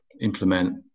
implement